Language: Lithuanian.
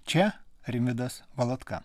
čia rimvydas valatka